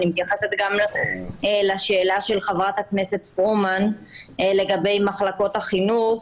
אני מתייחסת גם לשאלה של חברת הכנסת פרומן לגבי מחלקות החינוך.